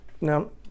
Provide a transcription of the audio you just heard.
no